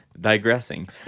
digressing